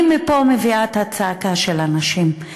אני מפה מביאה את הצעקה של הנשים.